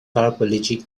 paraplegic